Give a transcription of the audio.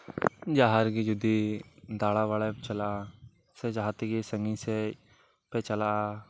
ᱡᱟᱦᱟᱸ ᱨᱮᱜᱮ ᱡᱩᱫᱤ ᱫᱟᱲᱟᱵᱟᱲᱟᱭᱮᱢ ᱪᱟᱞᱟᱜᱼᱟ ᱥᱮ ᱡᱟᱦᱟᱛᱮᱜᱮ ᱥᱟᱺᱜᱤᱧᱥᱮᱫ ᱯᱮ ᱪᱟᱞᱟᱜᱼᱟ